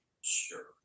Sure